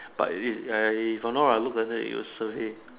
but it if I if I'm not wrong I looked under it was survey